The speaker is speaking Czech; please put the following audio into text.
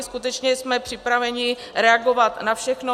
Skutečně jsme připraveni reagovat na všechno.